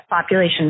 population